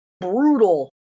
brutal